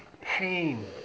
pain